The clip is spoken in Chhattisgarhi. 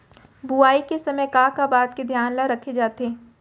बुआई के समय का का बात के धियान ल रखे जाथे?